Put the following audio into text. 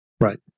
Right